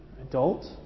adult